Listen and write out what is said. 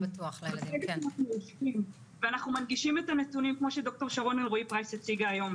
אנחנו מנגישים את הנתונים כפי ששרון אלרעי פרייס הציגה היום.